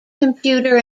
computer